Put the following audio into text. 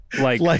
like-